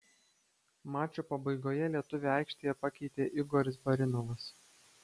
mačo pabaigoje lietuvį aikštėje pakeitė igoris barinovas